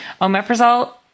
Omeprazole